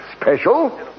Special